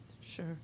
Sure